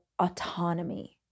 autonomy